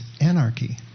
anarchy